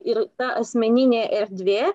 ir ta asmeninė erdvė